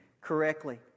correctly